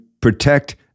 protect